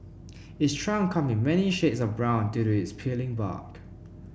its trunk come in many shades of brown due to its peeling bark